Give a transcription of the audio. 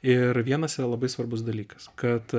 ir vienas yra labai svarbus dalykas kad